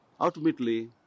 Ultimately